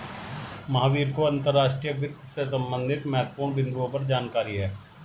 महावीर को अंतर्राष्ट्रीय वित्त से संबंधित महत्वपूर्ण बिन्दुओं पर जानकारी है